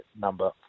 number